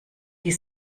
die